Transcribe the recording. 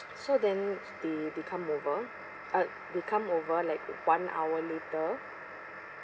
so then they they come over uh they come over like one hour later